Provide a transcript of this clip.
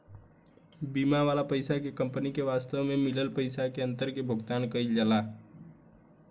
बीमा वाला पइसा से कंपनी के वास्तव आ मिलल पइसा के अंतर के भुगतान कईल जाला